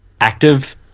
active